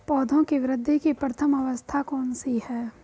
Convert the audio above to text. पौधों की वृद्धि की प्रथम अवस्था कौन सी है?